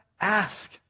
ask